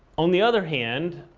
on the other hand,